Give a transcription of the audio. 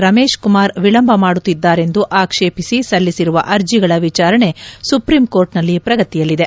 ರಮೇಶ್ ಕುಮಾರ್ ವಿಳಂಬ ಮಾಡುತ್ತಿದಾರೆಂದು ಆಕ್ಷೇಪಿಸಿ ಸಲ್ಲಿಸಿರುವ ಅರ್ಜಿಗಳ ವಿಚಾರಣೆ ಸುಪ್ರೀಂಕೋರ್ಟ್ ನಲ್ಲಿ ಪ್ರಗತಿಯಲ್ಲಿದೆ